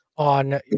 on